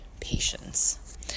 patience